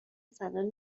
زنان